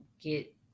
Get